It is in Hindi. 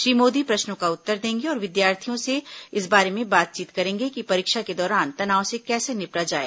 श्री मोदी प्रश्नों का उत्तर देंगे और विद्यार्थियों से इस बारे में बातचीत करेंगे कि परीक्षा के दौरान तनाव से कैसे निपटा जाए